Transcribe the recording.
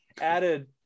Added